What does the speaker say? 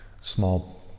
small